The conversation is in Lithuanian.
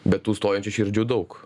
bet tų stojančių širdžių daug